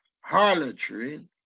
harlotry